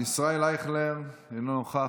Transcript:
ישראל אייכלר, אינו נוכח.